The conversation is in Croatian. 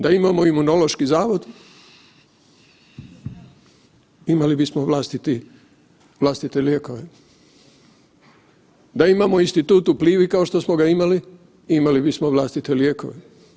Da imamo Imunološki zavod imali bismo vlastite lijekove, da imamo Institut u Plivi kao što smo ga imali, imali bismo vlastite lijekove.